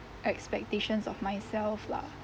expectations of myself lah